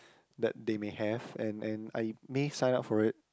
that they may have and and I may sign up for it